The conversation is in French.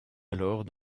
alors